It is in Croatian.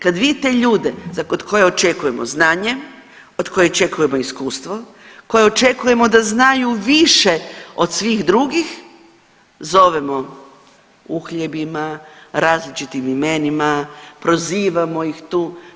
Kad vidite ljude od kojih očekujemo znanje, od kojih očekujemo iskustvo, koje očekujemo da znaju više od svih drugih zovemo uhljebima, različitim imenima, prozivamo ih tu.